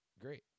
great